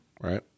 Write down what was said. Right